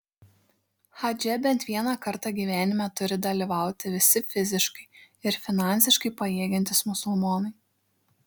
hadže bent vieną kartą gyvenime turi dalyvauti visi fiziškai ir finansiškai pajėgiantys musulmonai